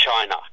China